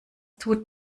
tut